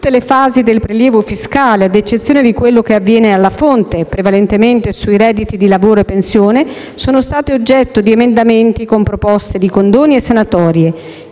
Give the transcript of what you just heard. tutte le fasi del prelievo fiscale, ad eccezione di quello che avviene alla fonte, prevalentemente sui redditi di lavoro e pensione, sono state oggetto di emendamenti con proposte di condoni e sanatorie: